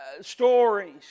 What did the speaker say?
stories